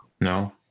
No